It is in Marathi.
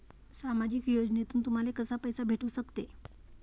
सामाजिक योजनेतून तुम्हाले कसा पैसा भेटू सकते?